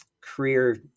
career